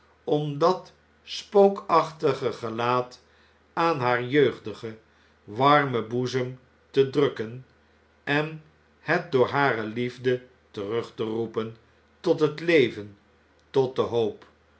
om dat spookachtige gelaat aan haar jeugdigen warmen boezem te drukken en het door hare liefde terug te roepen tot het leven tot de hoop